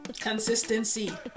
Consistency